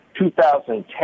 2010